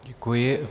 Děkuji.